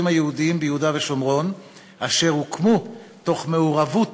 היהודיים ביהודה ושומרון אשר הוקמו תוך מעורבות